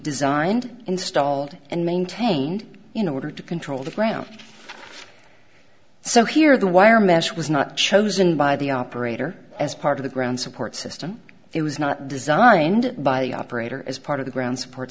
designed installed and maintained you know order to control the ground so here the wire mesh was not chosen by the operator as part of the ground support system it was not designed by the operator as part of the ground support